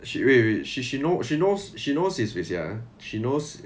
she wait wait she she know she knows she knows it's this ya she knows